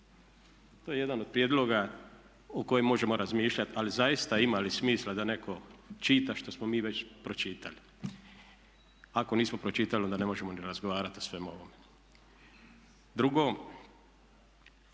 To je jedan od prijedloga o kojem možemo razmišljati, ali zaista ima li smisla da netko čita što smo mi već pročitali? Ako nismo pročitali onda ne možemo ni razgovarati o svemu ovome. Drugo,